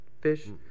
fish